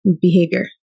behavior